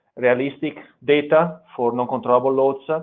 realistic data for non-controllable loads, ah